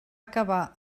acabar